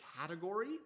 category